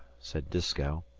said disko.